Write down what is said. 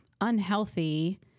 unhealthy